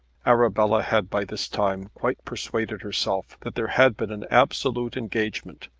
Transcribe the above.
arabella had by this time quite persuaded herself that there had been an absolute engagement,